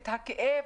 את הכאב,